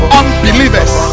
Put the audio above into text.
unbelievers